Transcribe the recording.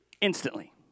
instantly